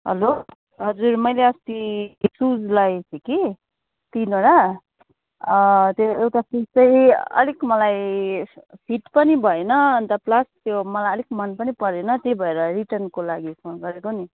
hello हजुर मैले अस्ति सुज लगेको थिएँ कि तिनवटा त्यो एउटा सुज चाहिँ अलिक मलाई फिट पनि भएन अन्त प्लस त्यो मलाई अलिक मन पनि परेन त्यही भएर रिटर्नको लागि फोन गरेको नि